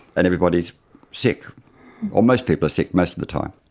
and everybody is sick, or most people are sick most of the time.